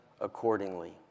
accordingly